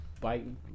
biting